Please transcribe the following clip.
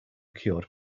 cured